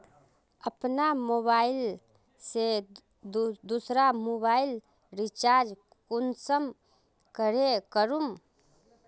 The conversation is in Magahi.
अपना मोबाईल से दुसरा मोबाईल रिचार्ज कुंसम करे करूम?